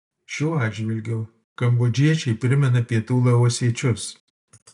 šiuo atžvilgiu kambodžiečiai primena pietų laosiečius